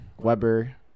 Weber